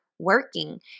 working